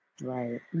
Right